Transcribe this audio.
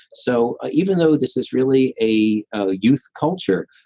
so even though this is really a ah youth culture,